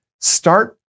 Start